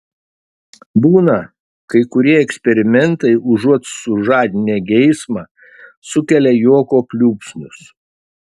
būna kai kurie eksperimentai užuot sužadinę geismą sukelia juoko pliūpsnius